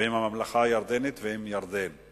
ועם הממלכה הירדנית ועם ירדן.